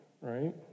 right